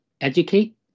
educate